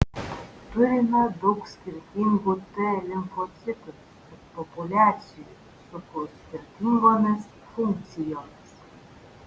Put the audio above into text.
turime daug skirtingų t limfocitų subpopuliacijų su skirtingomis funkcijomis